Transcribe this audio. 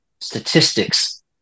statistics